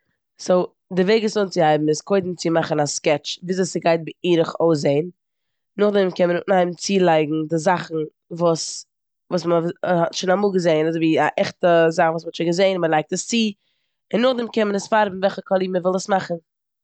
סאו די וועג עס אנצוהייבן איז קודם מאכן א סקעטש וויאזוי ס'גייט בערך אויסזען, נאכדעם קען מען אנהייבן צולייגן די זאכן וואס- וואס מ'ווי- מ'האט שוין אמאל געזען אזויווי א עכטע זאך וואס מ'האט שוין געזען און מ'לייגט עס צו און נאכדעם קען מען עס פארבן וועלכע קאליר מ'וויל עס מאכן.